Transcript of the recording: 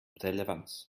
relevanz